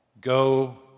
go